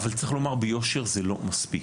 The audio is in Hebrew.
אבל צריך לומר ביושר: זה לא מספיק.